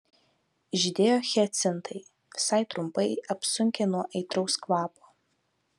žydėjo hiacintai visai trumpai apsunkę nuo aitraus kvapo